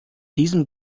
diesem